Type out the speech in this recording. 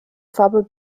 farbe